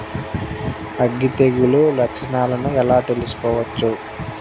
అగ్గి తెగులు లక్షణాలను ఎలా తెలుసుకోవచ్చు?